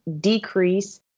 decrease